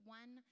one